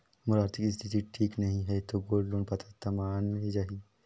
मोर आरथिक स्थिति ठीक नहीं है तो गोल्ड लोन पात्रता माने जाहि?